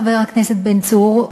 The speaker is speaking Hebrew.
חבר הכנסת בן צור,